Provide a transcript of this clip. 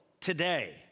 today